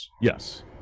Yes